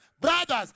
brothers